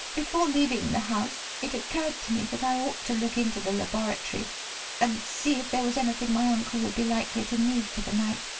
before leaving the house, it occurred to me that i ought to look into the laboratory and see if there was anything my uncle would be likely to need for the night,